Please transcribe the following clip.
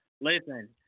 listen